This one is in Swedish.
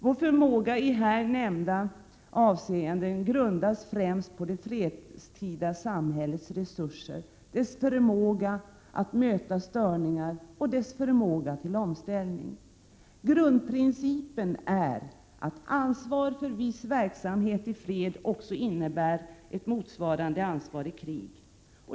Vår förmåga i här nämnda avseenden grundas främst på det fredstida samhällets resurser, dess förmåga att möta störningar och dess förmåga till omställning. Grundprincipen är att ansvar för viss verksamhet i fred också innebär ett motsvarande ansvar i krig.